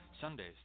Sundays